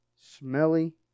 Smelly